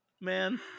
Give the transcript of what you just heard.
man